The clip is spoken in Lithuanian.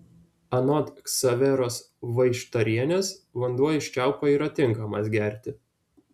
anot ksaveros vaištarienės vanduo iš čiaupo yra tinkamas gerti